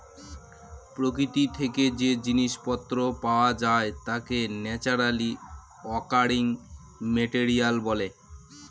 প্রকৃতি থেকে যে জিনিস পত্র পাওয়া যায় তাকে ন্যাচারালি অকারিং মেটেরিয়াল বলে